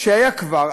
שהיה כבר,